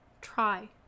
try